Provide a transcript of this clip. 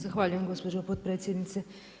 Zahvaljujem gospođo potpredsjednice.